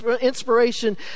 inspiration